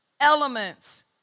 elements